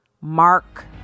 Mark